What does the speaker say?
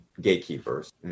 gatekeepers